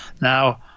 Now